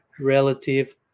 relative